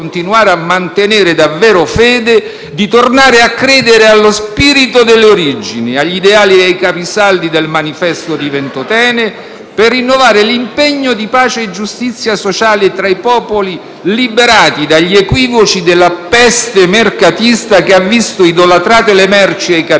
del Manifesto di Ventotene, per rinnovare l'impegno di pace e giustizia sociale tra i popoli, liberati dagli equivoci della peste mercatista che ha visto idolatrate le merci e i capitali e la loro libera circolazione e sempre più sacrificati e calpestati i diritti sociali